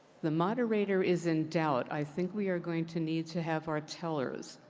the moderator is in doubt. i think we are going to need to have our tell ers.